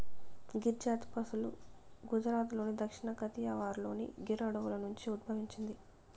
గిర్ జాతి పసులు గుజరాత్లోని దక్షిణ కతియావార్లోని గిర్ అడవుల నుండి ఉద్భవించింది